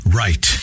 right